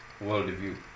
worldview